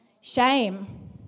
Shame